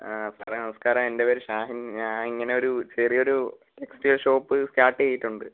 ആ സാറെ നമസ്കാരം എൻ്റെ പേര് ഷാഹിൻ ഞാൻ ഇങ്ങനൊരു ചെറിയൊരു ടെക്സ്റ്റൈൽ ഷോപ്പ് സ്റ്റാർട്ട് ചെയ്തിട്ടുണ്ട്